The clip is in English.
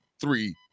three